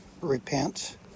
repent